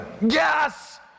Yes